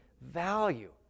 value